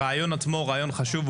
הרעיון עצמו הוא רעיון חשוב,